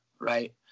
right